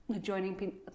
joining